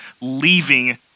leaving